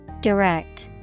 Direct